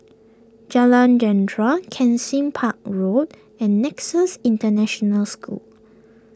Jalan Jentera Kensing Park Road and Nexus International School